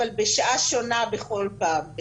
אבל בשעה שונה בכל פעם.